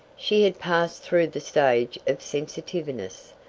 she had passed through the stage of sensitiveness,